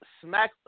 Smack